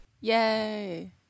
yay